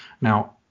now